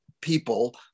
people